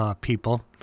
people